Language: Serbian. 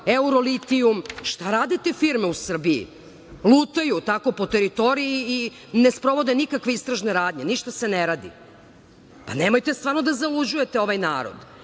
kapital, šta rade te firme u Srbiji? Lutaju tako po teritoriji i ne sprovode nikakve istražne radnje, ništa se ne radi? Nemojte stvarno da zaluđujete ovaj